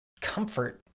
comfort